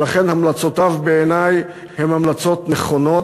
ולכן, המלצותיו בעיני הן המלצות נכונות.